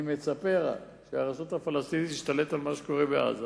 ואני מצפה שהרשות הפלסטינית תשתלט על מה שקורה בעזה.